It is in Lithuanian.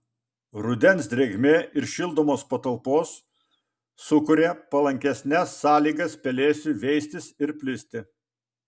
rudens drėgmė ir šildomos patalpos sukuria palankesnes sąlygas pelėsiui veistis ir plisti